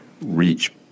reach